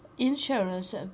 Insurance